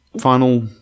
final